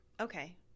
Okay